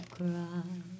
cry